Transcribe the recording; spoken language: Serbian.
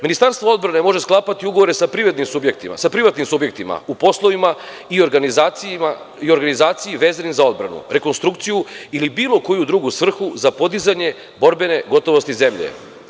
Ministarstvo odbrane može sklapati ugovore sa privatnim subjektima u poslovima i organizacijama vezani za odbranu, rekonstrukciju ili za bilo koju svrhu za podizanje borbenosti zemlje.